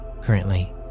Currently